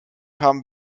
haben